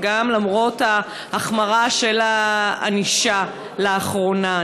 וגם למרות החמרת הענישה לאחרונה.